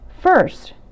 First